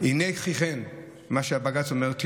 מה שבג"ץ אומר: "הינה כי כן,